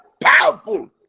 powerful